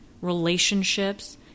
relationships